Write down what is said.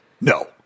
No